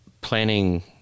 planning